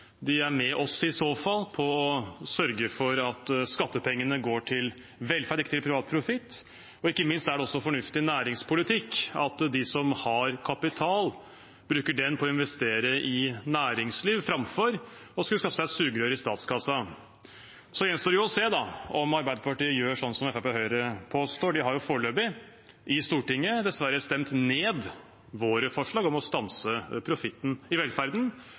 De er i så fall med oss på å sørge for at skattepengene går til velferd, ikke til privat profitt. Ikke minst er det også fornuftig næringspolitikk at de som har kapital, bruker den på å investere i næringsliv framfor å skulle skaffe seg et sugerør i statskassa. Så gjenstår det å se om Arbeiderpartiet gjør sånn som Fremskrittspartiet og Høyre påstår. De har jo foreløpig i Stortinget dessverre stemt ned våre forslag om å stanse profitten i velferden.